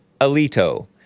Alito